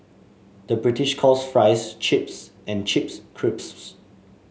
the British calls fries chips and chips crisps